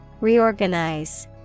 Reorganize